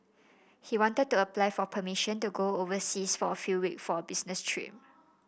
he wanted to apply for permission to go overseas for a few week for a business trip